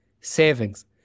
savings